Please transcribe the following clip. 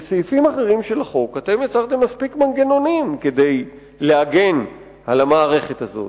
בסעיפים אחרים של החוק מוצעים מספיק מנגנונים כדי להגן על המערכת הזאת.